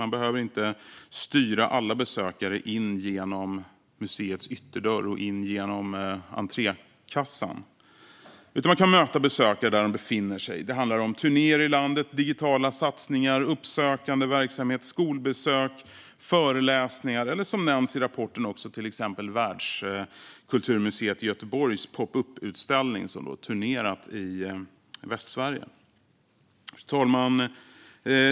Man behöver inte styra alla besökare in genom museets ytterdörr och entrékassa utan kan möta besökare där de befinner sig. Det handlar om turnéer i landet, digitala satsningar, uppsökande verksamhet, skolbesök, föreläsningar eller, som nämns i rapporten, till exempel Världskulturmuseets popup-utställning som turnerat i Västsverige. Fru talman!